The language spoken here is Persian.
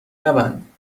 نبند